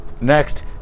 Next